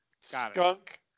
skunk